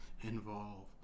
involve